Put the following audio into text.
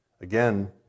Again